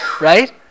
right